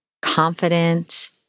Confident